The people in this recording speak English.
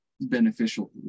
beneficial